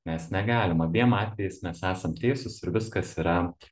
mes negalim abiem atvejais mes esam teisūs ir viskas yra